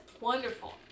wonderful